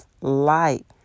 light